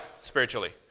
spiritually